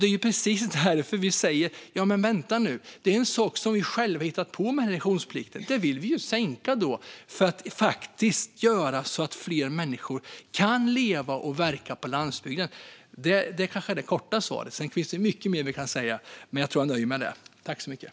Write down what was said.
Det är just därför vi säger: Jamen vänta nu, reduktionsplikten är en sak som vi själva har kommit på, och då vill vi sänka den för att faktiskt göra så att fler människor kan leva och verka på landsbygden. Detta är väl det korta svaret, men det finns ju mycket mer man kan säga.